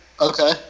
okay